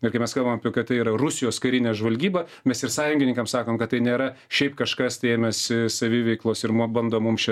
ir kai mes kalbam apie kad tai yra rusijos karinė žvalgyba mes ir sąjungininkams sakom kad tai nėra šiaip kažkas tai ėmėsi saviveiklos ir ma bando mums